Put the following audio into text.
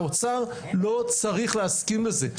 האוצר לא צריך להסכים לזה.